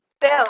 bill